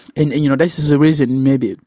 and and you know this is the reason, maybe,